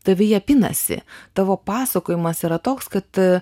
tavyje pinasi tavo pasakojimas yra toks kad